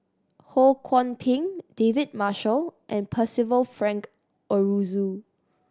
Ho Kwon Ping David Marshall and Percival Frank Aroozoo